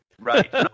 Right